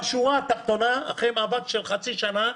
בשורה התחתונה, אחרי מאבק של חצי שנה,